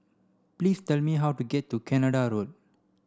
please tell me how to get to Canada Road